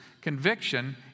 conviction